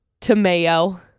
T-O-M-A-Y-O